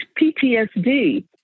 PTSD